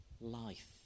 life